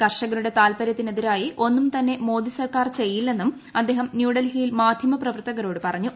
കർഷകരുടെ താല്പര്യത്തിന് എതിരായി ഒന്നും തന്നെ മോദി സർക്കാർ ചെയ്യില്ലെന്നും അദ്ദേഹം ന്യൂഡൽഹിയിൽ മാധ്യമ പ്രവർത്തകരോട് പറഞ്ഞു